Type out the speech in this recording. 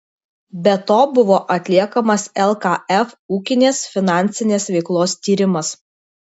be to buvo atliekamas lkf ūkinės finansinės veiklos tyrimas